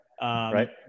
Right